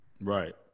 Right